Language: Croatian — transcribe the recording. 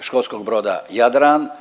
školskog broda Jadran.